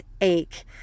ache